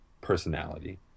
personality